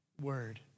word